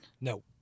No